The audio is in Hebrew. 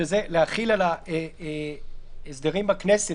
שזה להחיל על ההסדרים בכנסת,